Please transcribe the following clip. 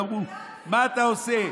ואז אמרו: מה אתה עושה?